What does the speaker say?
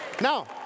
Now